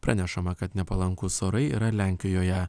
pranešama kad nepalankūs orai yra lenkijoje